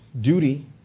duty